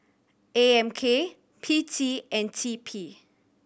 A M K P T and T P